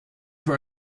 for